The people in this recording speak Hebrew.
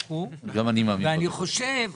בקב"ה --- גם אני מאמין בקב"ה.